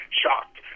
shocked